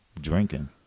drinking